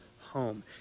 home